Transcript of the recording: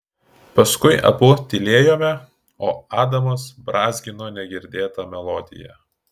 paskui abu tylėjome o adamas brązgino negirdėtą melodiją